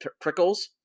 prickles